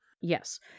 Yes